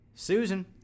Susan